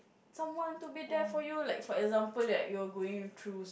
someone to be there for you like for example like you're going through some